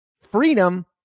Freedom